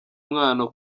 umwana